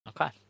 Okay